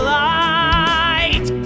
light